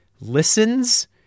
listens